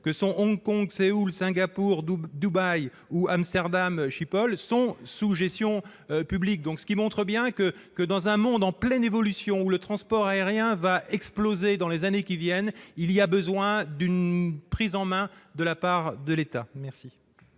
ceux de Hong Kong, Séoul, Singapour, Dubaï et Amsterdam-Schiphol, sont sous gestion publique. Preuve que, dans un monde en pleine évolution où le transport aérien va exploser dans les années qui viennent, une prise en main de la part de l'État est